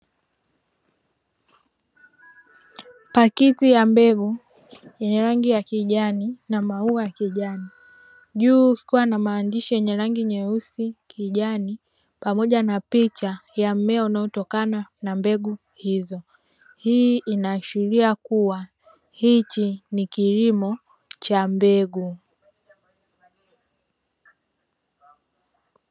Pakiti ya mbegu yenye rangi ya kijani na maua ya kijani, juu kukiwa na maandishi yenye rangi nyeusi, kijani pamoja na picha ya mmea unaotokana na mbegu hizo. Hii inaashiria kuwa hichi ni kilimo cha mbegu.